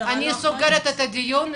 אני סוגרת את הדיון,